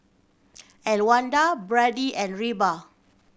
Elwanda Brady and Reba